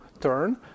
turn